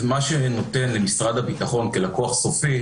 זה מה שנותן למשרד הביטחון כלקוח סופי,